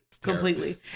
completely